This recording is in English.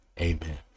Amen